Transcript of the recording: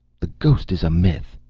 the ghost is a myth.